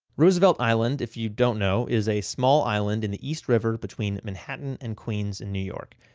roosevelt island, if you don't know, is a small island in the east river between manhattan and queens in new york.